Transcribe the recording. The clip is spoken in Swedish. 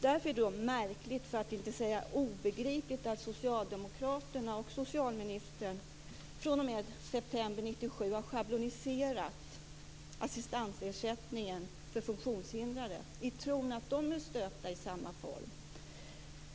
Därför är det märkligt, för att inte säga obegripligt, att socialdemokraterna och socialministern fr.o.m. september 1997 har schabloniserat assistansersättningen för funktionshindrade i tron att de är stöpta i samma form.